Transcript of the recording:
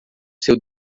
seu